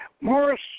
Morris